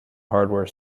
hardware